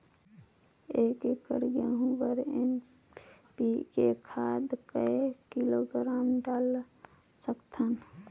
एक एकड़ गहूं बर एन.पी.के खाद काय किलोग्राम डाल सकथन?